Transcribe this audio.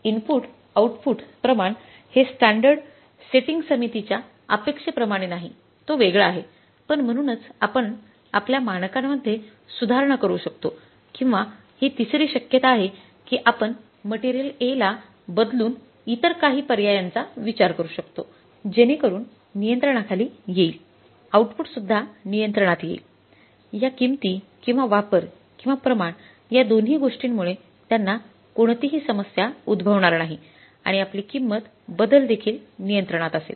input output प्रमाण हे standard setting समितीच्या अपेक्षेप्रमाणे नाही तो वेगळा आहे पण म्हणूनच आपण आपल्या मानकांमध्ये सुधारणा करू शकतो किंवा हि तिसरी शक्यता आहे कि आपण मटेरियल A ला बदलून इतर काही पर्यायांचा विचार करू शकतो जेणेकरून नियंत्रणाखालील येईल आउटपुट सुद्धा नियंत्रणात येईल या किंमती किंवा वापर किंवा प्रमाण या दोन्ही गोष्टींमुळे त्यांना कोणतीही समस्या उद्भवणार नाही आणि आपली किंमत बदल देखील नियंत्रणात असेल